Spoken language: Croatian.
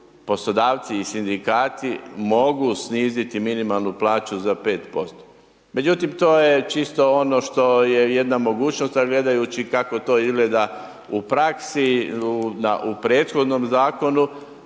poslodavci i sindikati mogu sniziti minimalnu plaću za 5%. Međutim, to je čisto ono što je jedna mogućnost, a gledajući kako to izgleda u praksi u prethodnom zakonu